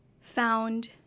found